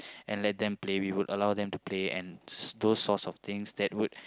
and let them play we would allow them to play and those sorts of things that would